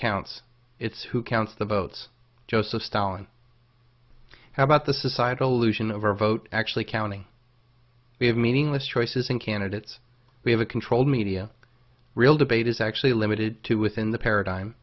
counts it's who counts the votes joseph stalin how about the societal aleutian of our vote actually counting we have meaningless choices in candidates we have a controlled media real debate is actually limited to within the paradigm